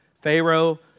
Pharaoh